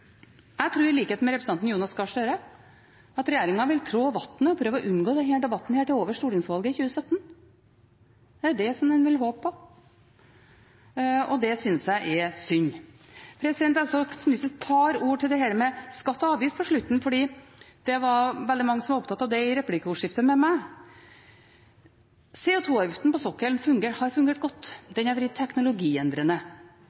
Jeg tror i likhet med representanten Jonas Gahr Støre at regjeringen vil trå vannet og prøve å unngå denne debatten til over stortingsvalget i 2017. Det er det den vil håpe på, og det synes jeg er synd. På slutten skal jeg også knytte et par ord til dette med skatt og avgift, for det var veldig mange som var opptatt av det i replikkordskiftet med meg. CO2-avgiften på sokkelen har fungert godt,